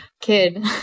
kid